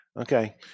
Okay